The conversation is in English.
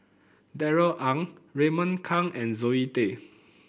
Darrell Ang Raymond Kang and Zoe Tay